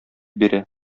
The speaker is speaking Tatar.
бирә